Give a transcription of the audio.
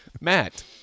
Matt